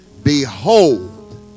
Behold